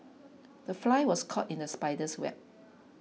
the fly was caught in the spider's web